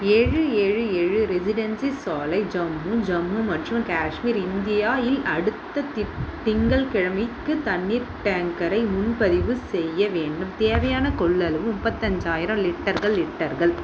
ஏழு ஏழு ஏழு ரெசிடென்சி சாலை ஜம்மு ஜம்மு மற்றும் காஷ்மீர் இந்தியாவில் அடுத்த திங்கட்கிழமைக்குத் தண்ணிர் டேங்கரை முன்பதிவு செய்ய வேண்டும் தேவையான கொள்ளளவு முப்பத்தஞ்சாயிரம் லிட்டர்கள் லிட்டர்கள்